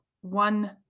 one